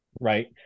right